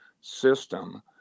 system